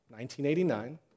1989